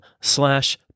slash